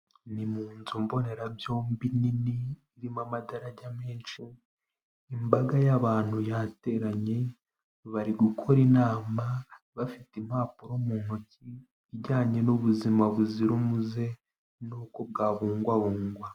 Ni mu nzu mbonerabyombi nini irimo amadarajya menshi, imbaga y'abantu yateranye bari gukora inama bafite impapuro mu ntoki ijyanye n'ubuzima buzira umuze n'uko bwabungwabungwa.